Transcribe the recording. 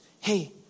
Hey